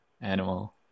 animal